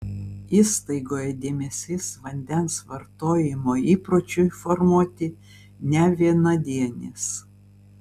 įstaigoje dėmesys vandens vartojimo įpročiui formuoti ne vienadienis